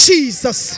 Jesus